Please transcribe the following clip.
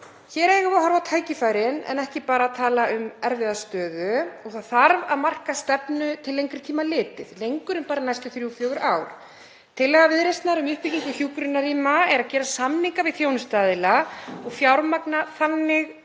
Hér eigum við að horfa á tækifærin en ekki bara tala um erfiða stöðu. Það þarf að marka stefnu til lengri tíma litið, lengur en bara næstu þrjú, fjögur ár. Tillaga Viðreisnar um uppbyggingu hjúkrunarrýma er að gera samninga við þjónustuaðila og fjármagna þannig